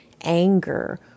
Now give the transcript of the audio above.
anger